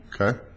Okay